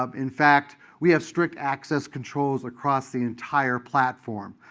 um in fact, we have strict access controls across the entire platform.